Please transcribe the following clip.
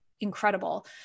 Incredible